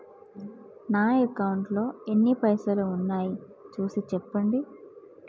నా అకౌంట్లో ఎన్ని పైసలు ఉన్నాయి చూసి చెప్పండి?